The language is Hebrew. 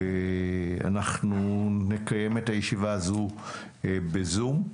אנחנו נקיים את הישיבה הזו בזום.